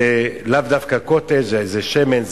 ולאו דווקא "קוטג'" זה שמן,